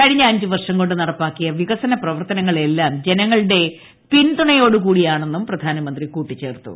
കഴിഞ്ഞ അഞ്ച് വർഷം കൊണ്ട് നടപ്പാക്കിയ വിക്രസ്ന പ്രവർത്തനങ്ങൾ എല്ലാം ജനങ്ങളുടെ പിന്തുണയ്കൂടിയാണെന്നും പ്രധാനമന്ത്രി കൂട്ടിച്ചേർത്തു